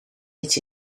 iets